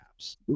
apps